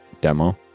demo